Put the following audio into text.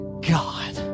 God